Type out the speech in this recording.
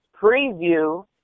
preview